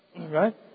Right